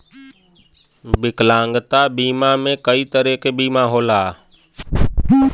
विकलांगता बीमा में कई तरे क बीमा होला